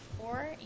four